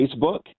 Facebook